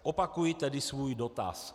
Opakuji tedy svůj dotaz.